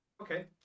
Okay